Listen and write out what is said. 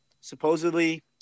supposedly